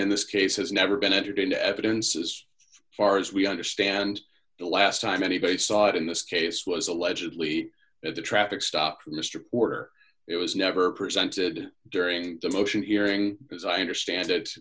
in this case has never been entered into evidence as far as we understand the last time anybody saw it in this case was allegedly that the traffic stopped mr porter it was never presented during the motion hearing as i understand it